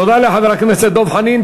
תודה לחבר הכנסת דב חנין.